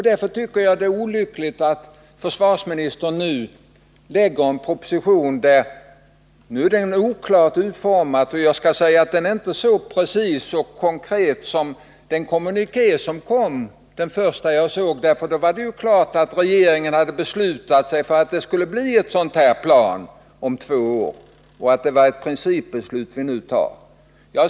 Därför tycker jag att det är olyckligt att försvarsministern nu lägger fram en proposition i saken. Den är oklart utformad och inte så precis och konkret som den första kommuniké jag såg, för då var det klart att regeringen hade beslutat att det skulle bli ett sådant här plan om två år och att vi nu skulle ta ett principbeslut.